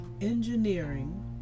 engineering